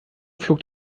flog